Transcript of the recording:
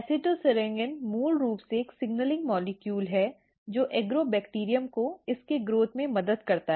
acetosyringone मूल रूप से एक सिग्नलिंग अणु है जो एग्रोबैक्टीरियम को इसके विकास में मदद करता है